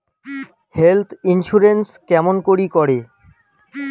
Health insurance কেমন করি করে?